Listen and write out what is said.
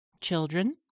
children